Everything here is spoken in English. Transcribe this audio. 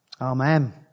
Amen